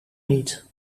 niet